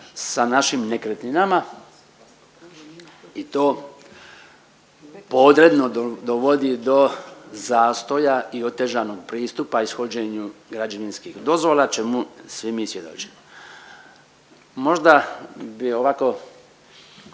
sa našim nekretninama i to podredno dovodi do zastoja i otežanog pristupa ishođenju građevinskih dozvola, čemu svi mi svjedočimo. Možda bi ovako